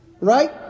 Right